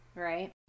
Right